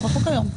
רחוק היום.